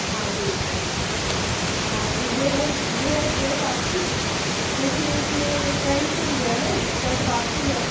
हाँ देख रहे हैं देख रहे हैं हाँ तो ये रहे ये है ड्रैस आपकी देखिए इसमे पैंट सिल गया है शर्ट बाकी है